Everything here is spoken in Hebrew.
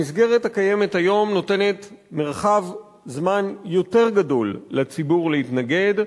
המסגרת הקיימת היום נותנת מרחב זמן יותר גדול לציבור להתנגד.